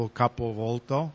capovolto